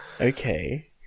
Okay